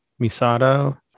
Misato